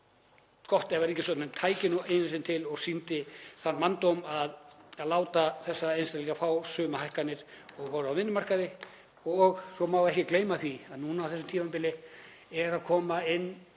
gott ef ríkisstjórnin tæki sig einu sinni til og sýndi þann manndóm að láta þessa einstaklinga fá sömu hækkanir og voru á vinnumarkaði. Svo má ekki gleyma því að núna á þessu tímabili er að koma inn